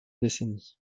décennies